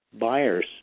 buyers